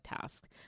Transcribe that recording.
tasks